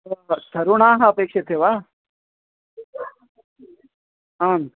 तरुणाः अपेक्ष्यन्ते वा आम्